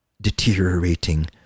deteriorating